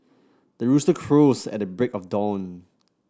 the rooster crows at the break of dawn